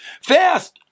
fast